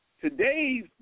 today's